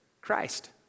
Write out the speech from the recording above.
Christ